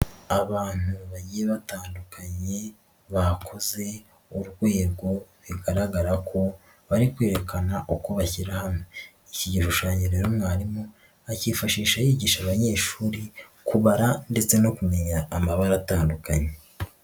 Abantu bagiye batandukanye bakoze urwego bigaragara ko bari kwerekana uko bashyira hamwe. Iki gishushanyo rero, mwarimu akifashisha yigisha abanyeshuri kubara ndetse no kumenya amabara atandukanye.